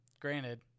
Granted